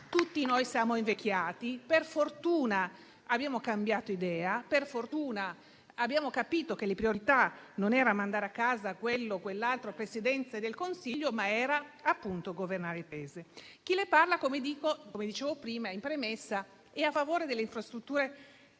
tutti noi siamo invecchiati e, per fortuna, abbiamo cambiato idea. Per fortuna abbiamo capito che la priorità non era mandare a casa questo o quell'altro Presidente del Consiglio, ma appunto governare il Paese. Chi le parla, come dicevo in premessa, è a favore delle infrastrutture